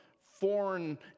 foreign